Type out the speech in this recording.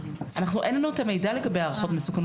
אין לנו את המידע לגבי הערכות מסוכנות